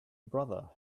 brother